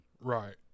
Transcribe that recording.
Right